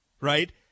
right